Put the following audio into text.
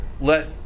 Let